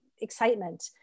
excitement